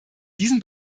diesen